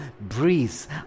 breeze